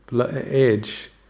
edge